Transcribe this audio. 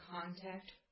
contact